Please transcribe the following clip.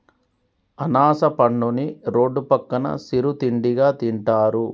అనాస పండుని రోడ్డు పక్కన సిరు తిండిగా తింటారు